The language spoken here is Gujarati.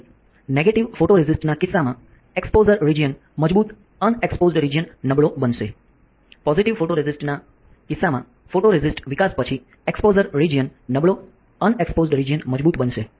તેથી નેગેટીવ ફોટોરેસિસ્ટના કિસ્સામાં એક્સપોઝર રિજિયન મજબૂત અનએક્પોઝ્ડ રિજિયન નબળો બનશે પોઝિટિવ ફોટોરેનિસ્ટના કિસ્સામાં ફોટોરેસિસ્ટ વિકાસ પછી એક્સપોઝર રિજિયન નબળો અનએક્પોઝ્ડ રિજિયન મજબૂત બનશે